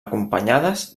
acompanyades